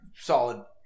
solid